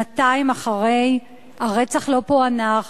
שנתיים אחרי, הרצח לא פוענח,